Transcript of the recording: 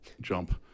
jump